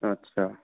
अच्छा